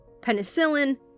Penicillin